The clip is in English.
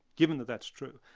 given that that's true,